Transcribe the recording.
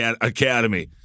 Academy